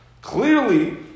Clearly